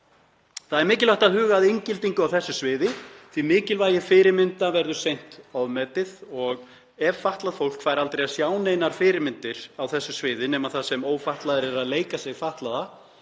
Það er mikilvægt að huga að inngildingu á þessu sviði því að mikilvægi fyrirmynda verður seint ofmetið. Ef fatlað fólk fær aldrei að sjá neinar fyrirmyndir á þessu sviði, nema þar sem ófatlaðir eru að leika fatlaða,